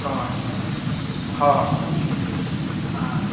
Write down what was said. ᱦᱮᱸ ᱦᱮᱸ ᱦᱮᱸ ᱦᱮᱸ ᱦᱮᱸ